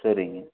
சரிங்க